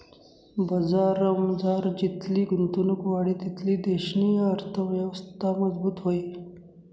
बजारमझार जितली गुंतवणुक वाढी तितली देशनी अर्थयवस्था मजबूत व्हयी